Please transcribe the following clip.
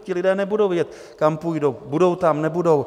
Ti lidé nebudou vědět, kam půjdou, budou tam, nebudou?